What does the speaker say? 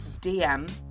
DM